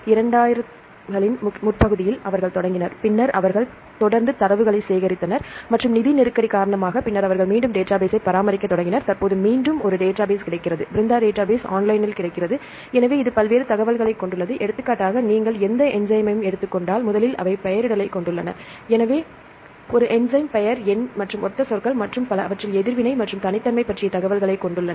2000 களின் முற்பகுதியில்அவர்கள் தொடங்கினர் பின்னர் அவர்கள் தொடர்ந்து தரவுகளை சேகரித்தனர் மற்றும் நிதி நெருக்கடி காரணமாக பெயர் எண் மற்றும் ஒத்த சொற்கள் மற்றும் பலஅவற்றின் எதிர்வினை மற்றும் தனித்தன்மை பற்றிய தகவல்களைக் கொண்டுள்ளன